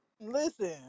Listen